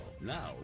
Now